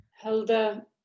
Hilda